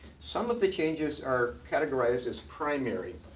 some of the changes are categorized as primary,